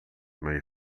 mais